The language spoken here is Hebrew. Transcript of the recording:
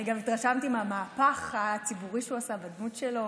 אני גם התרשמתי מהמהפך הציבורי שהוא עשה ובדמות שלו.